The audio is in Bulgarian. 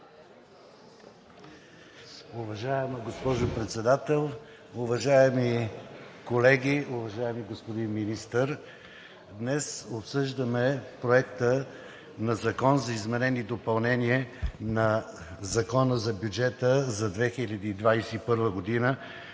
Уважаема госпожо Председател, уважаеми колеги, уважаеми господин Министър! Днес обсъждаме Проекта на закон за изменение и допълнение на Закона за бюджета за 2021 г.,